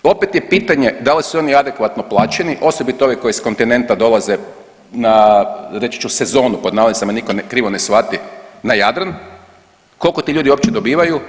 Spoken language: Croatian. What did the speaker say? Opet je pitanje da li su oni adekvatno plaćeni, osobito ovi koji s kontinenta dolaze na, reći ću, sezonu, pod navodnicima, da me nitko krivo ne shvati, na Jadran, koliko ti ljudi uopće dobivaju?